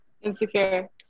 Insecure